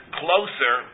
closer